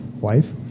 wife